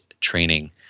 training